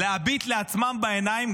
-- להביט לעצמם בעיניים,